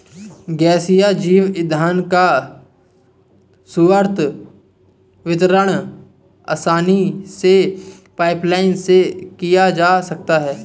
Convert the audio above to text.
गैसीय जैव ईंधन का सर्वत्र वितरण आसानी से पाइपलाईन से किया जा सकता है